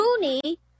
Mooney